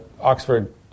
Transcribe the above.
Oxford